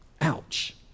Ouch